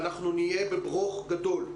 ואנחנו נהיה בברוך גדול.